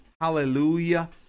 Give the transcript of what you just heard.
hallelujah